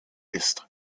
ist